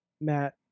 Matt